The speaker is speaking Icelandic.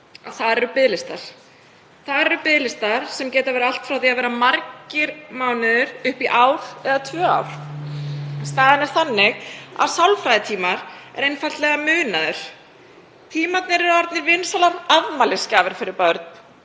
eru biðlistar. Þar eru biðlistar sem geta verið allt frá því að vera margir mánuðir upp í ár eða tvö ár. Staðan er þannig að sálfræðitímar eru einfaldlega munaður. Tímarnir eru orðnir vinsælar afmælisgjafir fyrir börn